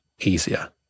easier